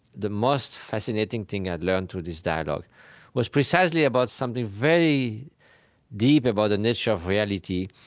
the most fascinating thing i learned through this dialogue was precisely about something very deep about the nature of reality,